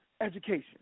education